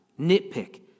nitpick